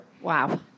Wow